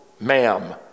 ma'am